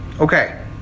okay